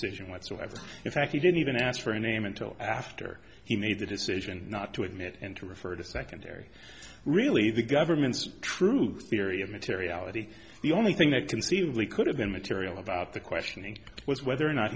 decision whatsoever in fact he didn't even ask for a name until after he made the decision not to admit and to refer to secondary really the government's true theory of materiality the only thing that conceivably could have been material about the questioning was whether or not